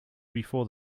before